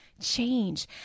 change